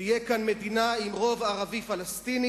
תהיה כאן מדינה עם רוב ערבי פלסטיני